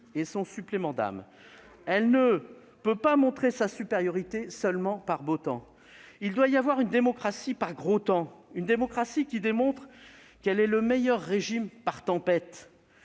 son supplément d'âme. Elle ne peut pas montrer sa supériorité seulement par beau temps. Il doit aussi y avoir une démocratie par gros temps, une démocratie qui démontre qu'elle est le meilleur régime dans une tempête.